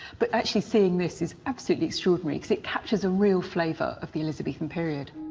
but actually seeing this is absolutely extraordinary, because it captures a real flavour of the elizabethan period.